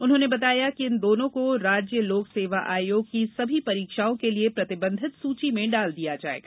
उन्होंने बताया कि इन दोनों को राज्य लोक सेवा आयोग आयोग की सभी परीक्षाओं के लिए प्रतिबंधित सूची में डाल दिया जाएगा